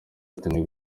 atini